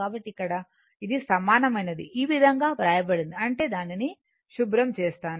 కాబట్టి ఇక్కడ ఇది సమానమైనది ఈ విధంగా వ్రాయబడింది అంటే దానిని శుభ్రం చేస్తాను